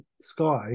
Sky